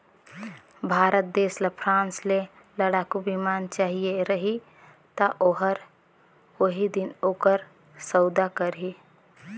भारत देस ल फ्रांस ले लड़ाकू बिमान चाहिए रही ता ओहर ओही दिन ओकर सउदा करही